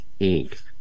inc